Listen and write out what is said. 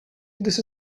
this